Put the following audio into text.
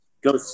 go